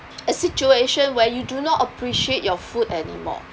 a situation where you do not appreciate your food anymore